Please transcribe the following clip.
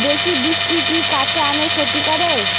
বেশি বৃষ্টি কি কাঁচা আমের ক্ষতি করে?